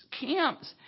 camps